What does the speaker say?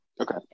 Okay